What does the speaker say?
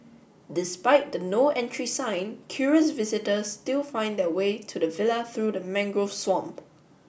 despite the No Entry sign curious visitors still find the way to the villa through the mangrove swamp